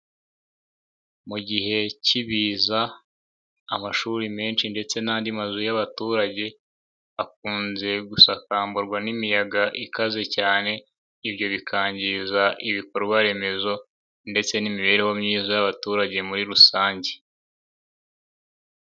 Mu gihe cy'ibiza, amashuri menshi ndetse n'andi mazu y'abaturage, akunze gusakamburwa n'imiyaga ikaze cyane, ibyo bikangiza ibikorwaremezo ndetse n'imibereho myiza y'abaturage muri rusange.